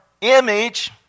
image